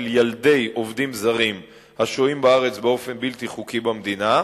ילדי עובדים זרים השוהים בארץ באופן בלתי חוקי במדינה,